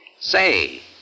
Say